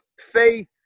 faith